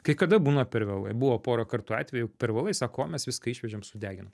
kai kada būna per vėlai buvo porą kartų atvejų per vėlai sako o mes viską išvežėm sudeginom